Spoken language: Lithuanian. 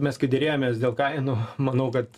mes kai derėjomės dėl kainų manau kad